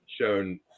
Shown